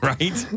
Right